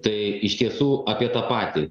tai iš tiesų apie tą patį